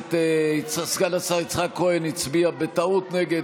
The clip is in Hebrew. הכנסת סגן השר יצחק כהן הצביע בטעות נגד,